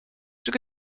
took